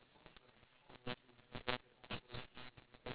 oh ya twenty sixteen